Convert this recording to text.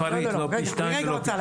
מספרית, לא פי שניים ולא פי שלושה.